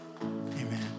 Amen